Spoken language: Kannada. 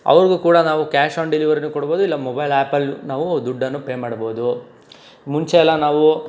ಅವ್ರಿಗೂ ಕೂಡ ನಾವು ಕ್ಯಾಶ್ ಆನ್ ಡೆಲಿವರಿನು ಕೂಡ ಕೊಡ್ಬೋದು ಇಲ್ಲ ಮೊಬೈಲ್ ಆ್ಯಪಲ್ಲೂ ನಾವು ದುಡ್ಡನ್ನು ಪೇ ಮಾಡ್ಬೋದು ಮುಂಚೆಯಲ್ಲ ನಾವು